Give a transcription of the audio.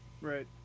right